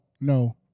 no